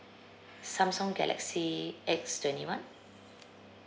Samsung galaxy S twenty one